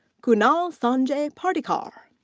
kunal sanjay pardikar.